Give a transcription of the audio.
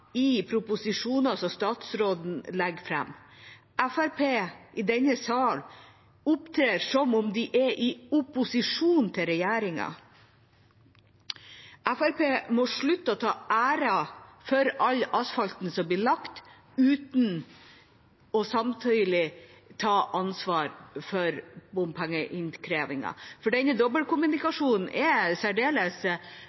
i proposisjoner som statsråden legger fram. Fremskrittspartiet i denne salen opptrer som om de er i opposisjon til regjeringa. Fremskrittspartiet må slutte å ta æren for all asfalten som blir lagt, uten samtidig å ta ansvar for bompengeinnkrevingen. Denne